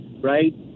right